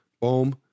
boom